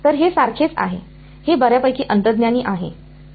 तर हे सारखेच आहे हे बर्यापैकी अंतर्ज्ञानी आहे का